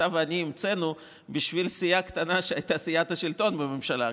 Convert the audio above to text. אתה ואני המצאנו בשביל סיעה קטנה שהייתה סיעת השלטון בממשלה,